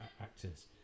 actors